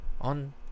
on